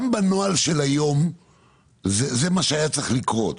גם בנוהל של היום זה מה שהיה צריך לקרות.